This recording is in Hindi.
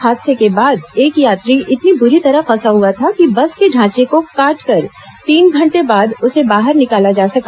हादसे के बाद एक यात्री इतनी बुरी तरह फंसा हुआ था कि बस के ढांचे को काटकर तीन घंटे बाद उसे बाहर निकाला जा सका